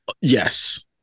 Yes